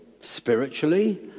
spiritually